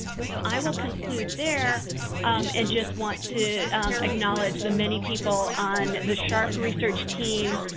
so, i will conclude there and just want to acknowledge the many people on the sharp research team,